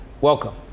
Welcome